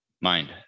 mind